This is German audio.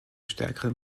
stärkeren